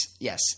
yes